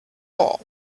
all